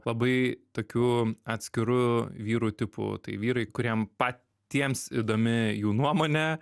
labai tokiu atskiru vyru tipu tai vyrai kuriem patiems įdomi jų nuomonė